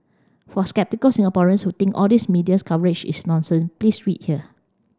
for sceptical Singaporeans who think all these medias coverage is nonsense please read here